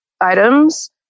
items